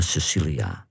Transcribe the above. Cecilia